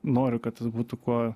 noriu kad tas būtų kuo